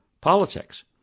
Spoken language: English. politics